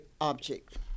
object